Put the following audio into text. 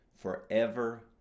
forever